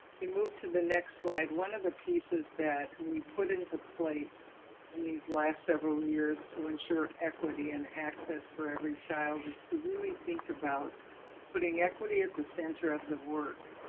you move to the next slide, one of the pieces that we put into place in these last several years to ensure equity and access for every child, is to really think about putting equity at the center of the work.